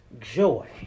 Joy